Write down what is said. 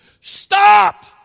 stop